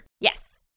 Yes